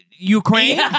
Ukraine